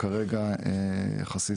שכרגע מיוצבים יחסית,